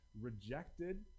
rejected